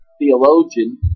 theologian